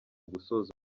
gusoza